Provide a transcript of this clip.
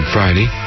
Friday